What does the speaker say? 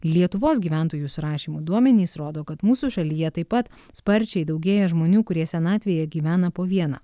lietuvos gyventojų surašymo duomenys rodo kad mūsų šalyje taip pat sparčiai daugėja žmonių kurie senatvėje gyvena po vieną